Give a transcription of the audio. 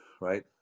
right